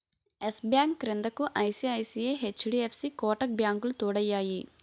yes bank క్రిందకు ICICI, HDFC Kotak బ్యాంకులు తోడయ్యాయి